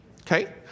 Okay